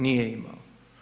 Nije imao.